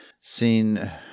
seen